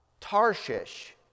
Tarshish